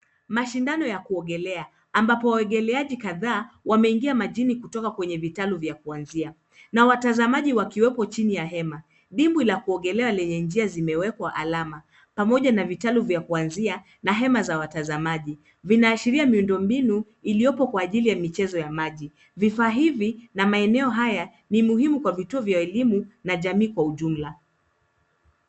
Mashindano ya kuogelea, ambapo waogeleaji kadhaa wameingia majini kutoka kwenye vitalu vya kuanzia, na watazamaji wakiwepo chini ya hema. Dimbwi la kuogelea lenye njia zimewekwa alama, pamoja na vitalu vya kuanzia na hema za watazamaji, vinaashiria miundo mbinu iliopo kwa ajili ya michezo ya maji. Vifaa hivi na maeneo haya, ni muhimu kwa vituo vya elimu na jamii kwa ujumla.